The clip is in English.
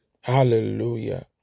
Hallelujah